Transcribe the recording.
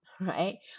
right